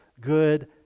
good